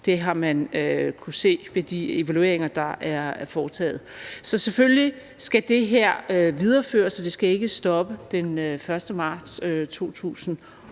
Det har man kunnet se ved de evalueringer, der er foretaget. Så selvfølgelig skal det her videreføres; det skal ikke stoppe den 1. marts 2020.